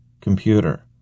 Computer